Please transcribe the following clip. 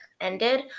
ended